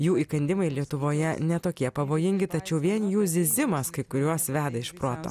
jų įkandimai lietuvoje ne tokie pavojingi tačiau vieni jų zyzimas kai kuriuos veda iš proto